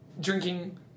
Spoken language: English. drinking